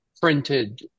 printed